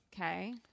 Okay